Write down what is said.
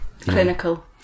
clinical